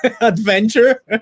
adventure